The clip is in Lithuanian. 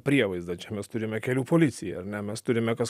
prievaizdą čia mes turime kelių policiją ar ne mes turime kas